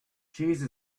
cheese